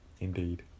Indeed